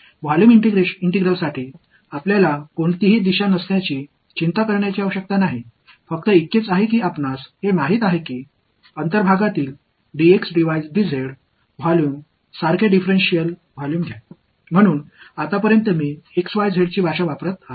volume integrals களைப் பொறுத்தவரை எந்த திசையும் இல்லை என்று நாம் கவலைப்படத் தேவையில்லை இது போன்ற ஒரு டிஃபரென்சியல் வால்யும் எடுத்துக்கொள்வது உங்களுக்குத் தெரியும் அது உள்ளே இருக்கும் வால்யும் ஆகும்